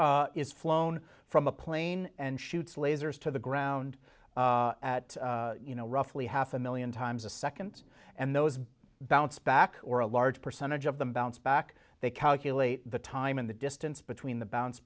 it is flown from a plane and shoots lasers to the ground at you know roughly half a million times a second and those bounce back or a large percentage of them bounce back they calculate the time in the distance between the bounce